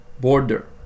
border